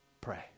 pray